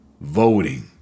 voting